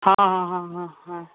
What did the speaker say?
हाँ हाँ हाँ हाँ हाँ